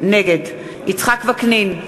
נגד יצחק וקנין,